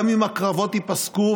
גם אם הקרבות ייפסקו,